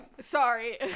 sorry